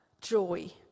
joy